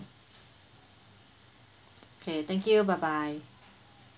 okay thank you bye bye